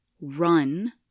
run